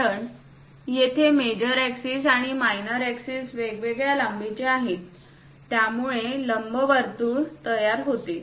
कारण येथे major axis आणि मायनर एक्सिस वेगवेगळ्या लांबीचे आहेत यामुळेच लंबवर्तुळ तयार होते